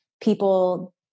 people